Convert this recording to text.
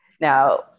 Now